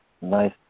nice